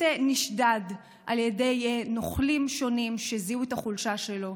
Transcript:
נשדד על ידי נוכלים שונים שזיהו את החולשה שלו,